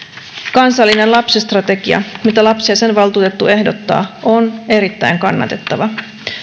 kansallinen lapsistrategia mitä lapsiasiainvaltuutettu ehdottaa on erittäin kannatettava